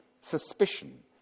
suspicion